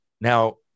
now